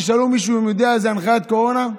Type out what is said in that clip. תשאלו מישהו אם הוא יודע איזו הנחיית קורונה.